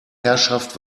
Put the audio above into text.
herrschaft